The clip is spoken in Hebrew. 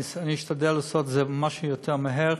אני אשתדל לעשות את זה מה שיותר מהר.